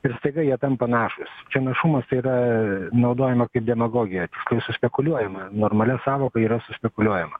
ir staiga jie tampa našūs čia našumas tai yra naudojama kaip demagogija tiksliau suspekuliuojama normalia sąvoka yra suspekuliuojama